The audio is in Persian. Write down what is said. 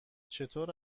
چطور